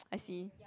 I see